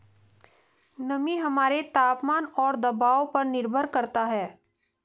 नमी हमारे तापमान और दबाव पर निर्भर करता है